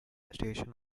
station